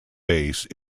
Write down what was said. base